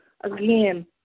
again